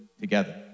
together